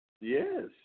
Yes